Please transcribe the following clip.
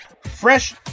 fresh